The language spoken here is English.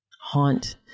haunt